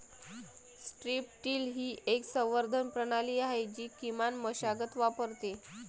strip till ही एक संवर्धन प्रणाली आहे जी किमान मशागत वापरते